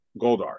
Goldar